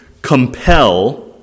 compel